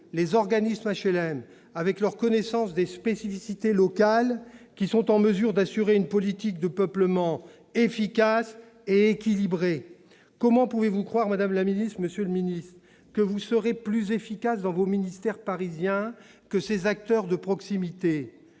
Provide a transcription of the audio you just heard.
les organismes d'HLM, avec leur connaissance des spécificités locales, qui sont en mesure d'assurer une politique de peuplement efficace et équilibrée. Comment pouvez-vous croire, madame la ministre, monsieur le ministre, que vous serez plus efficaces dans vos ministères parisiens que ces acteurs de proximité ?